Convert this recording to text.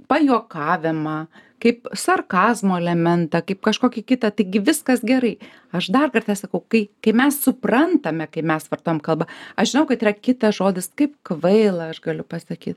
pajuokavimą kaip sarkazmo elementą kaip kažkokį kitą taigi viskas gerai aš dar kartą sakau kai kai mes suprantame kai mes vartojam kalbą aš žinau kad yra kitas žodis kaip kvaila aš galiu pasakyt